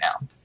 now